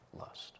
lust